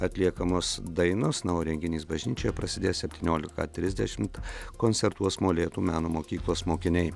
atliekamos dainos na o renginys bažnyčioje prasidės septynioliką trisdešimt koncertuos molėtų meno mokyklos mokiniai